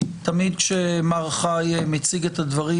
תמיד כשמר חי מציג את הדברים,